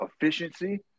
efficiency